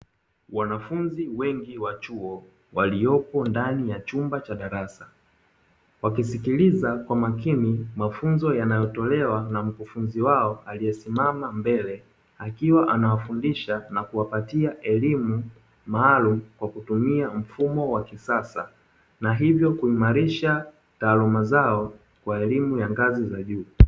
Wanafunzi wengi wa chuo waliyopo ndani ya chumba cha darasa wakisikiliza kwa umakini mafunzo yanayotolewa na mkufunzi wao aliyesimama mbele akiwa anawafundisha na kuwapatia elimu maalumu kwa kutumia mfumo wa kisasa na hivyo kuimarisha taaluma zao kwa elimu ya ngazi za juu.